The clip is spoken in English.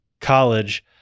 college